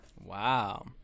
Wow